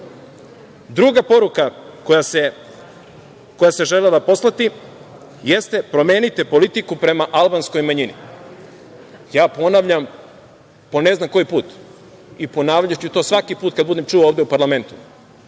poruka koja se želela poslati jeste – promenite politiku prema albanskoj manjini. Ponavljam po ne znam koji put i ponavljaću to svaki put kada budem čuo ovde u parlamentu,